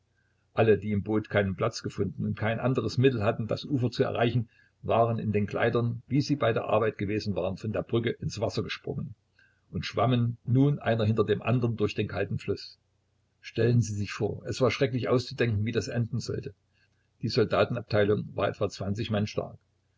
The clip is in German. alle die im boot keinen platz gefunden und kein anderes mittel hatten das ufer zu erreichen waren in den kleidern wie sie bei der arbeit gewesen waren von der brücke ins wasser gesprungen und schwammen nun einer hinter dem anderen durch den kalten fluß stellen sie sich vor es war schrecklich auszudenken wie das enden sollte die soldatenabteilung war etwa zwanzig mann stark